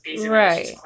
Right